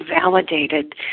validated